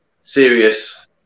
serious